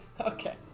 Okay